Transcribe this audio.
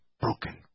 broken